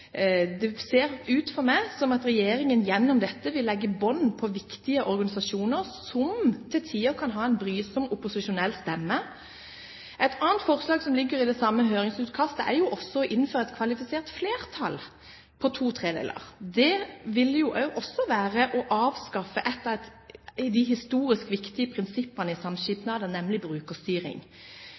For meg ser det ut som om regjeringen gjennom dette vil legge bånd på viktige organisasjoner som til tider kan ha en brysom opposisjonell stemme. Et annet forslag som ligger i det samme høringsutkastet, er å innføre et kvalifisert flertall på to tredjedeler. Det vil også være å avskaffe et av de historisk viktige prinsippene i samskipnadene, nemlig